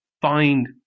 find